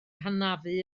hanafu